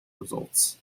results